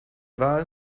wahl